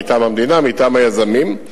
מטעם המדינה ומטעם היזמים,